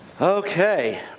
Okay